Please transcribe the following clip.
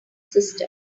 system